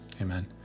Amen